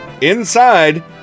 Inside